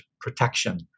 protection